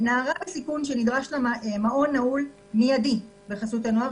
נערה בסיכון שנדרש לה מעון נעול מידי בחסות הנוער.